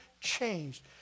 changed